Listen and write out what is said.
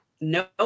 no